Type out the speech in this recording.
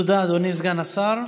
תודה, אדוני סגן השר.